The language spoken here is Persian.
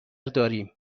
داریم